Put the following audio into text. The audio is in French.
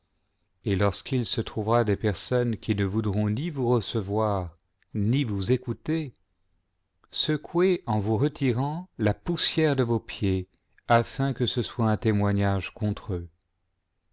et lorsqu'il se trouvera des personnes qui ne voudront ni vous recevoir ni vous écouter secouez en vous retirant la poussière de vos pieds afin que ce soit un témoignage contre eux